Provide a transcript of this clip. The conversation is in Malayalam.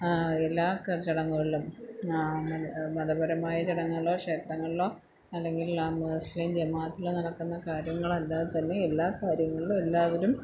എല്ലാ ചടങ്ങ്കളിലും മതപരമായ ചടങ്ങ്കളിലോ ക്ഷേത്രങ്ങളിലോ അല്ലെങ്കിൽ ആ നേർച്ചയില് നാട്ടില് നടക്കുന്ന കാര്യങ്ങളെല്ലാം തന്നെ എല്ലാ കാര്യങ്ങൾലും എല്ലാത്തിലും